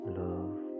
love